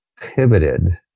pivoted